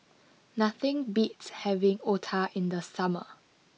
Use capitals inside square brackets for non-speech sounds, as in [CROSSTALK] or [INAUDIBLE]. [NOISE] nothing beats having Otah in the summer